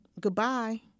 goodbye